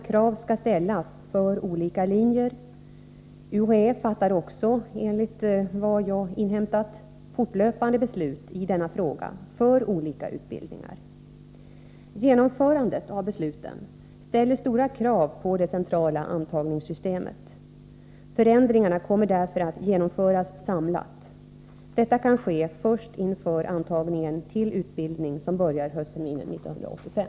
Från UHÄ:s sida uppges det — trots att man haft drygt tre år på sig att förbereda övergången till de nya bestämmelserna — att man inte haft personal tillräckligt för att genomföra den beslutade förändringen.